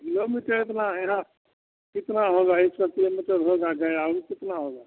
kilometre इतना यहाँ कितना होगा एक सौ किलोमीटर मतलब होगा दै और कितना होगा